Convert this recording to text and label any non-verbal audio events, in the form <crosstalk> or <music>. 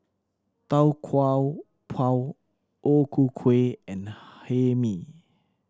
Tau Kwa Pau O Ku Kueh and <unintelligible> Hae Mee